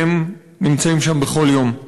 והם נמצאים שם בכל יום.